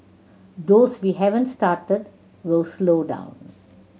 those we haven't started we'll slow down